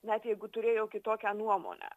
net jeigu turėjo kitokią nuomonę